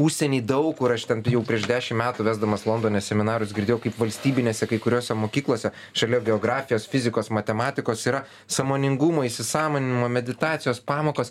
užsieny daug kur aš ten jau prieš dešim metų vesdamas londone seminarus girdėjau kaip valstybinėse kai kuriose mokyklose šalia geografijos fizikos matematikos yra sąmoningumo įsisąmoninimo meditacijos pamokos